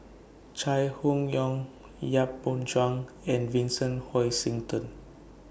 Chai Hon Yoong Yap Boon Chuan and Vincent Hoisington